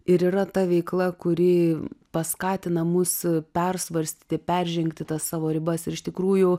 ir yra ta veikla kuri paskatina mus persvarstyti peržengti tas savo ribas ir iš tikrųjų